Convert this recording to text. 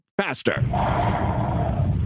faster